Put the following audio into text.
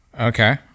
Okay